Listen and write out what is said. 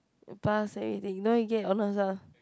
pass everything you know you get your honours ah